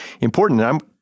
important